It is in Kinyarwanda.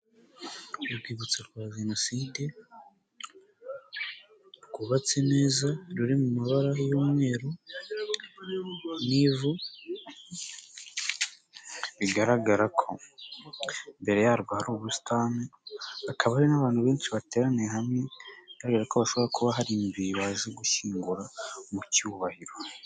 Urwibutso rwa jenoside rwubatse neza ruri mu mabara y'umweru n'ivu, bigaragara ko imbere yarwo hari ubusitani, hakaba hari n'abantu benshi bateraniye hamwe kubera ko bashobora kuba hari imibiri baje gushyingura mu cyubahiro.